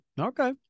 okay